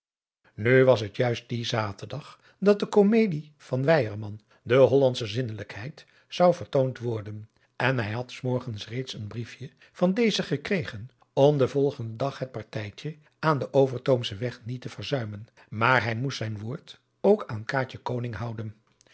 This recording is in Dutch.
nu was het juist die zaturdag dat de komedie van weyerman de hollandsche zinnelijkheid zou vertoond worden en hij had s morgens reeds een briefje van dezen gekregen om den volgenden dag het partijtje aan den overtoomschen weg niet te verzuimen maar hij moest zijn woord ook aan kaatje koning houden